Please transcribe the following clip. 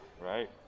right